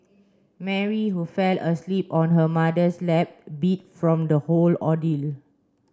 Mary who fell asleep on her mother's lap beat from the whole ordeal